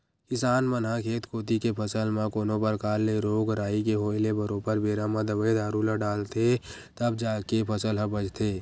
किसान मन ह खेत कोती के फसल म कोनो परकार ले रोग राई के होय ले बरोबर बेरा म दवई दारू ल डालथे तभे जाके फसल ह बचथे